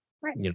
Right